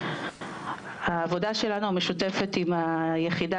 העבודה שלנו המשותפת עם היחידה,